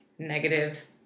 negative